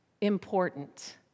important